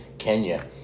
kenya